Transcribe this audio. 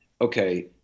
okay